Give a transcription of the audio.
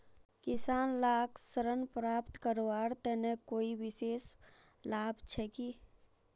किसान लाक ऋण प्राप्त करवार तने कोई विशेष लाभ छे कि?